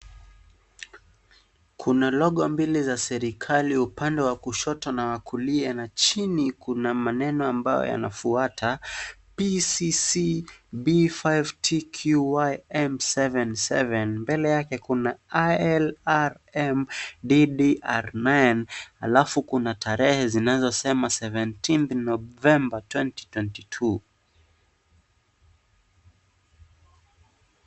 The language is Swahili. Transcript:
Kuna logo mbili za serikali upande wa kushoto na wa kulia na chini kuna maneno ambayo yanafuata PCCD5TQYM77 . Mbele yake kuna ILRMDDR9 , alafu Kuna tarehe zinazosema 17 NOV, 2022 .